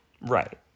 Right